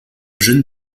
jeune